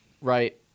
right